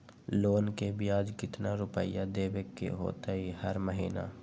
Loan के ब्याज कितना रुपैया देबे के होतइ हर महिना?